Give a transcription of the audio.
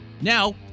Now